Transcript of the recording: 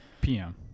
PM